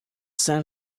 san